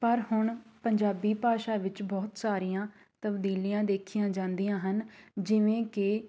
ਪਰ ਹੁਣ ਪੰਜਾਬੀ ਭਾਸ਼ਾ ਵਿੱਚ ਬਹੁਤ ਸਾਰੀਆਂ ਤਬਦੀਲੀਆਂ ਦੇਖੀਆਂ ਜਾਂਦੀਆਂ ਹਨ ਜਿਵੇਂ ਕਿ